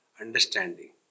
understanding